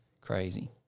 Crazy